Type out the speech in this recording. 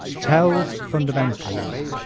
tells fundamentals